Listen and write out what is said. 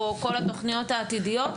או כל התוכניות העתידיות,